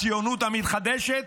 הציונות המתחדשת